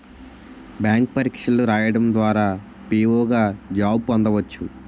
bank పరీక్షలు రాయడం ద్వారా పిఓ గా జాబ్ పొందవచ్చు